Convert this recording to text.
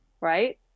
right